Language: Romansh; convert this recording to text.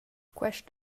quest